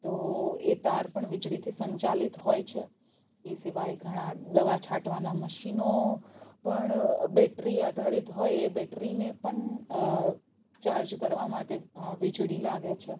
તો એ તાર પણ વીજળીથી સંચાલિત હોય છે એ સિવાય ઘણા દવા છાંટવાના મશીનો પણ બેટરી આધારિત હોય એ બેટરીને પણ ચાર્જ કરવા માટે વીજળી લાગે છે